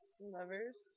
Lovers